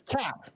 Cap